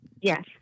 Yes